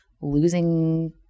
losing